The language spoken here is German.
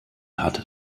hat